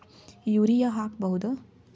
Urea ಹಾಕ್ ಬಹುದ?